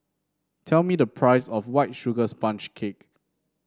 tell me the price of White Sugar Sponge Cake